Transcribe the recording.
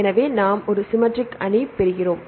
எனவே நாம் ஒரு சிம்மெட்ரிக் அணி பெறுகிறோம்